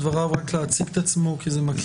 ובסעיף קטן (2) יש גופים שמנויים בתוספת השנייה.